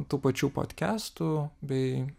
tų pačių podkestų bei